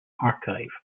archive